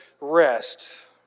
rest